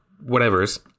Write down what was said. whatever's